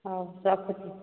ହଉ ରଖୁଛି